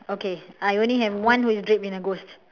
okay I only have one who is draped in a ghost